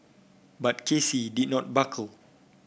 but K C did not buckle